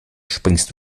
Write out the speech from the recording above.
springst